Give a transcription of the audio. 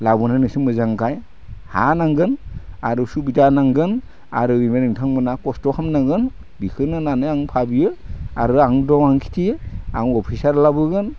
लाबोना नोंसोर मोजां गाय हा नांगोन आरो सुबिदा नांगोन आरो इनिफ्राय नोंथांमोना खस्थ' खालामनांगोन बिखोनो होननानै आं भाबियो आरो आं दं खिथियो आं अफिसार लाबोगोन